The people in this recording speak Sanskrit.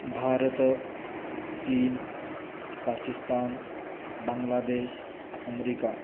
भारत चीन पाकिस्तान बङ्ग्लादेशः अमेरिका